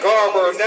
Garber